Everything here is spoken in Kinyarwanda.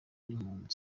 n’impamvu